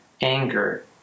anger